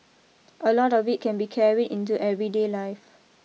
a lot of it can be carried into everyday life